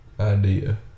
idea